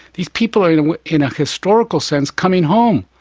these people are in and in a historical sense coming home.